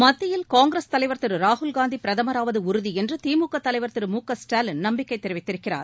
மத்தியில் காங்கிரஸ் தலைவர் திரு ராகுல்காந்தி பிரதமராவது உறுதி என்று திமுக தலைவர் திரு மு க ஸ்டாலின் நம்பிக்கை தெரிவித்திருக்கிறார்